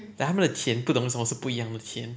like 他们的甜不懂是不一样的甜